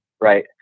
right